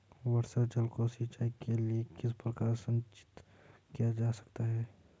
वर्षा जल को सिंचाई के लिए किस प्रकार संचित किया जा सकता है?